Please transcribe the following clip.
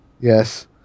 Yes